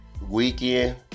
weekend